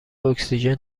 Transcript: اکسیژن